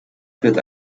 führt